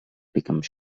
becomes